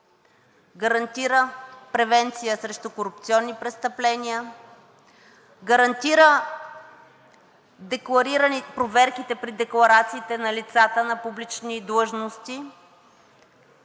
гарантира превенция срещу корупционни престъпления, гарантира проверките пред декларациите на лицата на публични длъжности.